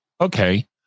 Okay